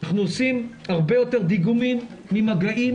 אנחנו עושים הרבה יותר דיגומים ממגעים